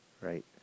right